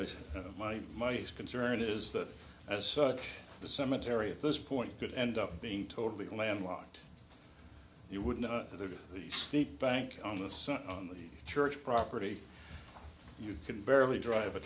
i said my my concern is that as such the cemetery at this point could end up being totally landlocked you wouldn't get the steep bank on the sun on the church property you can barely drive a